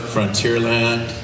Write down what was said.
Frontierland